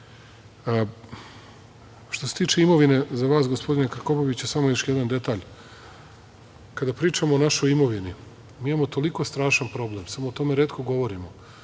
se tiče imovine, za vas gospodine Krkobabiću, samo još jedan detalj, kada pričamo o našoj imovini, mi imamo toliko strašan problem, samo o tome retko govorimo,